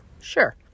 sure